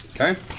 Okay